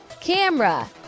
camera